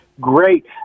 Great